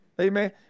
Amen